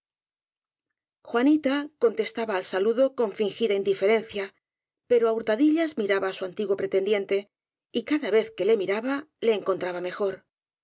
juanita contestaba al saludo con fingida indi ferencia pero á hurtadillas miraba á su antiguo pretendiente y cada vez que le miraba le encon traba mejor